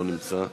לא נמצא,